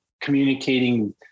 communicating